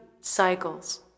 cycles